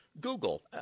Google